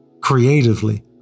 creatively